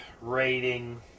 rating